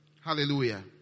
Hallelujah